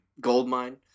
goldmine